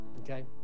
okay